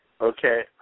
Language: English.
Okay